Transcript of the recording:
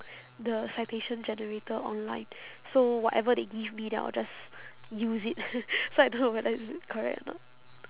the citation generator online so whatever they give me then I will just use it so I don't know whether is it correct or not